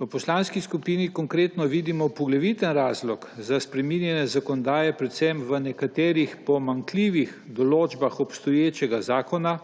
V Poslanski skupini Konkretno vidimo poglaviten razlog za spreminjanje zakonodaje predvsem v nekaterih pomanjkljivih določbah obstoječega zakona,